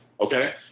Okay